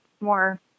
more